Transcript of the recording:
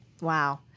Wow